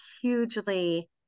hugely